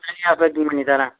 தனியாக பேக்கிங் பண்ணித்தர்றேன்